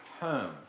home